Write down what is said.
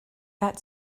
that